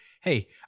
hey